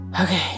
Okay